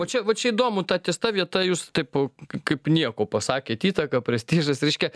o čia vat čia įdomu ta ties ta vieta jus taip kaip nieko pasakėt įtaka prestižas reiškia